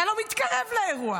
אתה לא מתקרב לאירוע.